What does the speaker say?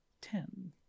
Ten